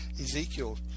Ezekiel